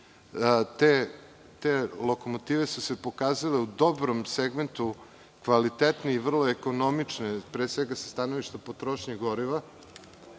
Te lokomotive su se pokazale u dobrom segmentu kvalitetne i vrlo ekonomične, pre svega sa stanovišta potrošnje goriva,